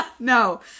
No